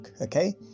okay